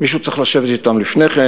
מישהו צריך לשבת אתם לפני כן,